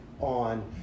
on